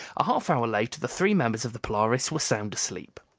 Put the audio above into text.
a half hour later the three members of the polaris were sound asleep.